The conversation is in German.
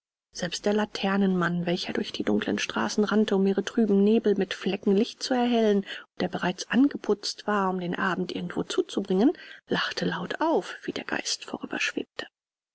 selbst der laternenmann welcher durch die dunklen straßen rannte um ihre trüben nebel mit flecken licht zu erhellen und der bereits angeputzt war um den abend irgendwo zuzubringen lachte laut auf wie der geist